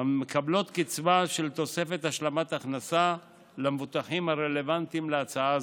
המקבלות קצבה של תוספת השלמת הכנסה למבוטחים הרלוונטיים להצעה זו.